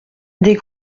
des